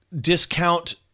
discount